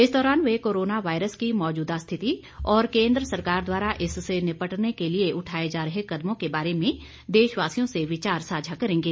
इस दौरान वे कोरोना वायरस की मौजूदा स्थिति और केंद्र सरकार द्वारा इससे निपटने के लिए उठाए जा रहे कदमों के बारे में देशवासियों से विचार सांझा करेंगे